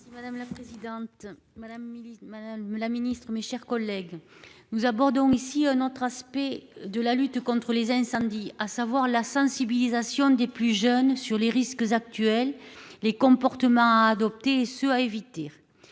madame milite Madame la Ministre, mes chers collègues, nous abordons ici un autre aspect de la lutte contre les incendies, à savoir la sensibilisation des plus jeunes sur les risques actuels, les comportements à adopter ce à éviter.